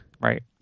Right